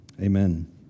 Amen